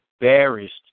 embarrassed